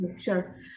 sure